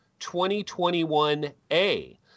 2021A